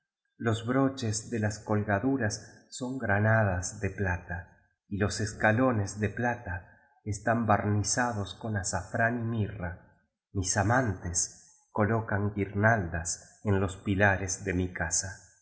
los broches de las colgaduras son granadas de plata y los escalones de plata están barnizados con azafrán y mirra mis amantes colocan guirnaldas en los pilares de mi casa